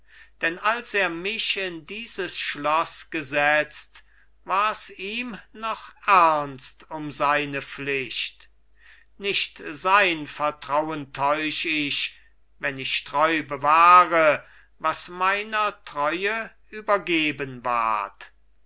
denn als er mich in dieses schloß gesetzt wars ihm noch ernst um seine pflicht nicht sein vertrauen täusch ich wenn ich treu bewahre was meiner treue übergeben ward